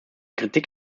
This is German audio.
kritik